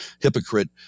hypocrite